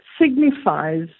signifies